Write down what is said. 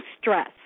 stress